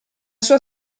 sua